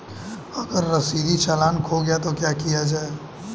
अगर रसीदी चालान खो गया तो क्या किया जाए?